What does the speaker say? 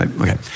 okay